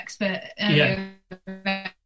expert